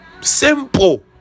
simple